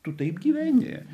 tu taip gyveni